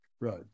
right